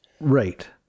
right